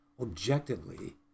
objectively